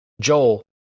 Joel